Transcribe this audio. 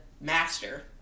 master